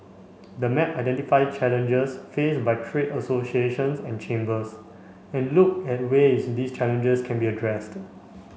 the map identify challenges faced by trade associations and chambers and look at ways these challenges can be addressed